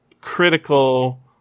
critical